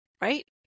Right